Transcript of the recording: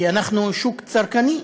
כי אנחנו שוק צרכני,